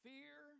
Fear